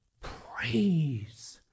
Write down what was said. praise